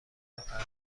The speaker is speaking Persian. فرهنگ